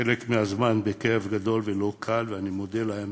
חלק מהזמן בכאב גדול ולא קל, ואני מודה להם